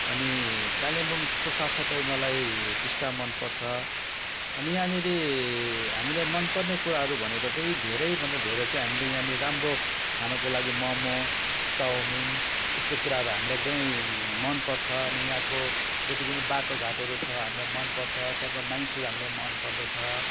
अनि कालेबुङको साथ साथै मलाई टिस्टा मनपर्छ अनि यहाँनेरी हामीलाई मनपर्ने कुराहरू भनेको चाहिँ धेरै भन्दा धेरै हामीले चाहिँ यहाँनिर राम्रो खानुको लागि मोमो चाउमिन यस्तो कुराहरू हामीलाई एकदमै मनपर्छ अनि यहाँको जति पनि बाटो घाटोहरू छ हामीलाई मनपर्छ त्यहाँको मानिसहरू हामीलाई मनपर्दछ